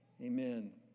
Amen